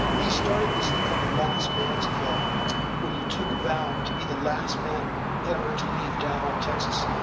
he started this thing called the last man's club where you took a vow to be the last man ever to leave dalhart, texas.